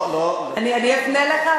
אני אפנה אליך,